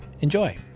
Enjoy